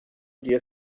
dia